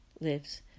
lives